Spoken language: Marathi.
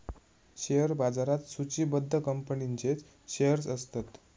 शेअर बाजारात सुचिबद्ध कंपनींचेच शेअर्स असतत